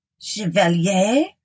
Chevalier